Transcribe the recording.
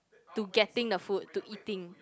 to getting the food to eating